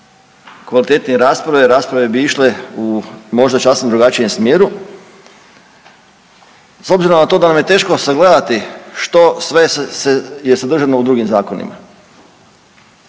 kvalitetnije rasprave, rasprave bi išle u možda sasvim drugačijem smjeru s obzirom na to da nam je teško sagledati što sve je sadržano u drugim zakonima.